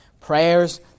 prayers